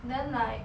then like